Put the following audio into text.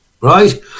right